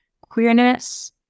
queerness